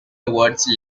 towards